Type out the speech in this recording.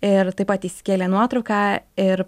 ir taip pat įsikėlė nuotrauką ir